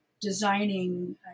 designing